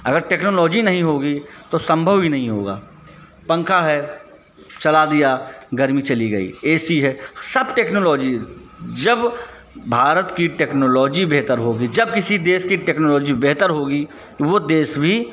अगर टेक्नोलोजी नहीं होगी तो संभव ही नहीं होगा पंखा है चला दिया गर्मी चली गई ए सी है सब टेक्नोलोजी जब भारत की टेक्नोलोजी बेहतर होगी जब किसी देश की टेक्नोलोजी बेहतर होगी वह देश भी